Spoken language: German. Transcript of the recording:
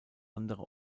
andere